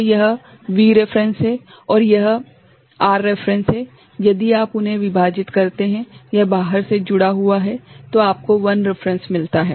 तो यह V reference है और यह R रेफेरेंस है यदि आप उन्हें विभाजित करते हैं यह बाहर से जुड़ा हुआ है तो आपको I रेफेरेंस मिलता है